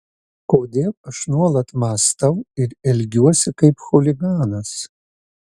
kodėl aš nuolat mąstau ir elgiuosi kaip chuliganas